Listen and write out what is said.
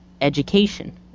education